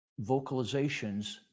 Vocalizations